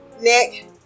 nick